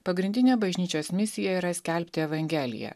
pagrindinė bažnyčios misija yra skelbti evangeliją